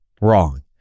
Wrong